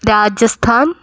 Rajasthan